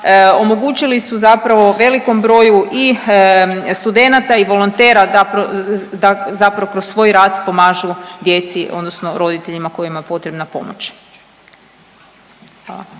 omogućili su zapravo velikom broju i studenata i volontera da zapravo kroz svoj rad pomažu djeci odnosno roditeljima kojima je potrebna pomoć.